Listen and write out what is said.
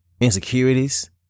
insecurities